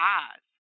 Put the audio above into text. eyes